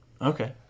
Okay